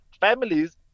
families